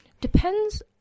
depends